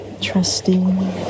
trusting